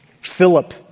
Philip